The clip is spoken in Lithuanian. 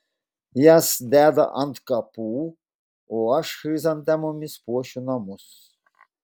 jas deda ant kapų o aš chrizantemomis puošiu namus